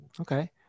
Okay